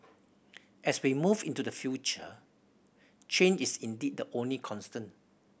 as we move into the future change is indeed the only constant